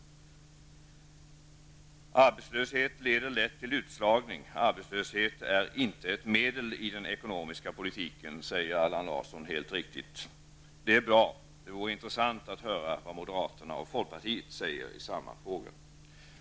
Arbetslöshet leder lätt till utslagning. Arbetslöshet är inte ett medel i den ekonomiska politiken säger Allan Larsson helt riktigt. Det är bra. Det vore intressant att höra vad moderaterna och folkpartiet säger i samma fråga.